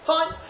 Fine